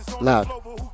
loud